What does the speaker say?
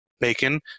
bacon